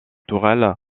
tourelles